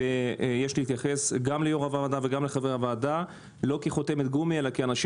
יש להתייחס גם ליו"ר הועדה וגם לחברי הוועדה לא כחותמת גומי אלא כאנשים